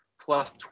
plus